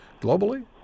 globally